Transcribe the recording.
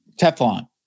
Teflon